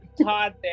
Todd